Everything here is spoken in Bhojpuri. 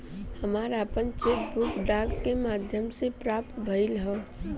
हमरा आपन चेक बुक डाक के माध्यम से प्राप्त भइल ह